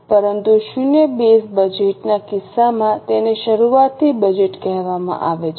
પરંતુ શૂન્ય બેઝ બજેટના કિસ્સામાં તેને શરૂઆતથી બજેટ કહેવામાં આવે છે